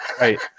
Right